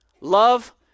love